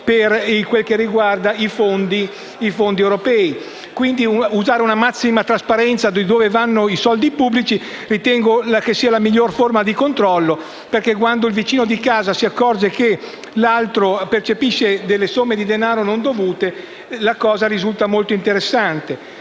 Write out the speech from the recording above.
per quel che riguarda i fondi europei. Occorre quindi usare la massima trasparenza sulla destinazione dei soldi pubblici. Credo che questa sia la miglior forma di controllo, perché quando il vicino di casa si accorge che l'altro percepisce somme di denaro non dovute la cosa risulta molto interessante.